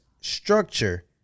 structure